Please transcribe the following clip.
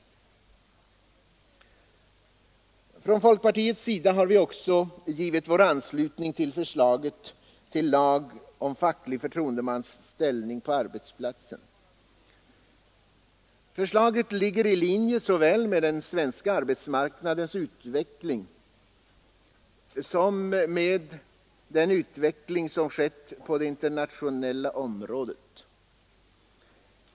Folkpartiet har också givit sin anslutning till förslaget om lag om facklig förtroendemans ställning på arbetsplatsen. Förslaget ligger i linje såväl med den svenska arbetsmarknadens utveckling som med utvecklingen på det internationella området.